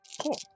Cool